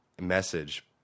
message